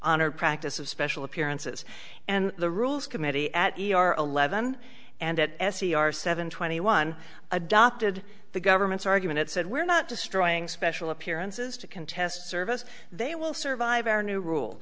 honored practice of special appearances and the rules committee at ers levon and s e r seven twenty one adopted the government's argument that said we're not destroying special appearances to contest service they will survive our new rule